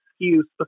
excuse